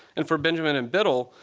and for benjamin and biddle,